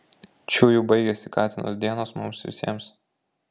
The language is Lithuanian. čiuju baigėsi katino dienos mums visiems